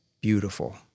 beautiful